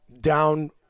down